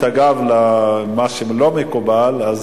5609, 5615, 5621, 5625, 5630, 5634 ו-5655.